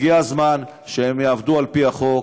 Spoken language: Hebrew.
הגיע הזמן שהם יעבדו לפי החוק,